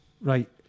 Right